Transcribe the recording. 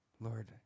Lord